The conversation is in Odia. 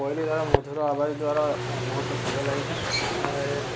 କୋଇଲି ଦ୍ୱାରା ମଧୁର ଆବାଜ ଦ୍ୱାରା ବହୁତ ଭଲ ଲାଗିଥାଏ